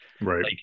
Right